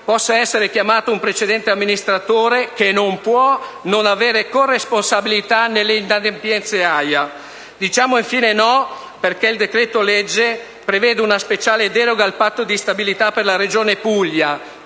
possa essere chiamato un precedente amministratore, che non può non avere corresponsabilità nelle inadempienze relative all'AIA. Diciamo infine no perché il decreto‑legge prevede una speciale deroga al Patto di stabilità per la Regione Puglia.